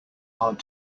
hard